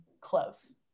close